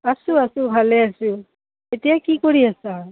আছোঁ আছোঁ ভালে আছোঁ এতিয়া কি কৰি আছা